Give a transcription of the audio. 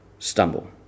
stumble